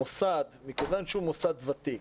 המוסד, מכיוון שהוא מוסד ותיק